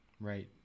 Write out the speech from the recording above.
Right